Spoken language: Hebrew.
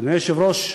אדוני היושב-ראש,